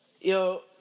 Yo